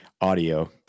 audio